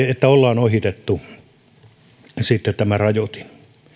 että ollaan ohitettu sitten tämä rajoitin